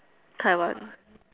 Taiwan